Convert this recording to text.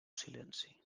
silenci